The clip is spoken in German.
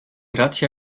razzia